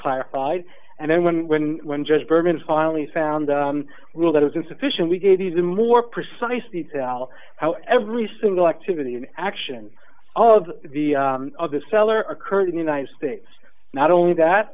clarified and then when when when just bourbons finally found a rule that was insufficient we did need a more precise detail how every single activity in action all of the other seller occurred in the united states not only that